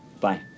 bye